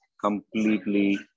completely